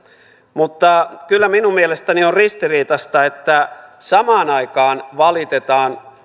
mutta kyllä minun mielestäni on ristiriitaista että samaan aikaan valitetaan